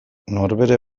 norbere